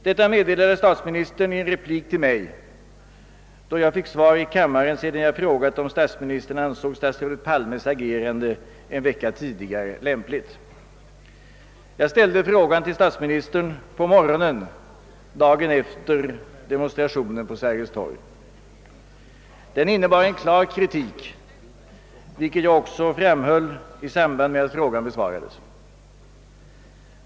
Detta meddelade statsministern i en replik till mig då jag fick svar i kammaren, sedan jag frågat om statsministern ansåg statsrådet Palmes agerande en vecka tidigare lämpligt. Jag ställde frågan till statsministern på morgonen dagen efter demonstrationen på Sergels torg. Den innebar en klar kritik, vilket jag också framhöll i samband med att frågan besvarades.